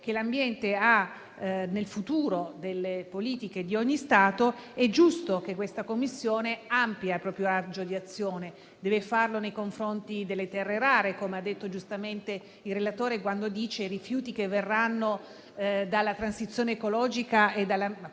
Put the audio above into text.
che l'ambiente ha nel futuro delle politiche di ogni Stato, è giusto che questa Commissione ampli il proprio raggio di azione. Deve farlo nei confronti delle terre rare, come ha detto giustamente il relatore quando ha parlato dei rifiuti che verranno prodotti dalla transizione ecologica, da